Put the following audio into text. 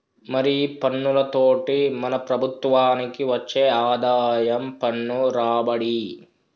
మరి ఈ పన్నులతోటి మన ప్రభుత్వనికి వచ్చే ఆదాయం పన్ను రాబడి